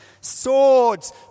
swords